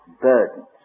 burdens